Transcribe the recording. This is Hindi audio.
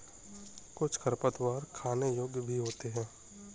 कुछ खरपतवार खाने योग्य भी होते हैं